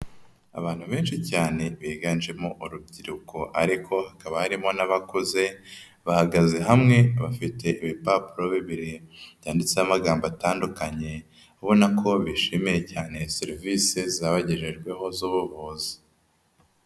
Abantu benshi cyane biganjemo urubyiruko ariko hakaba harimo n'abakuze, bahagaze hamwe, bafite ibipapuro bibiri byanditseho amagambo atandukanye ubona ko bishimiye cyane serivisi zabagejejweho z'ubuvuzi.